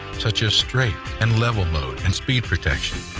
such as straight and level mode and speed protection.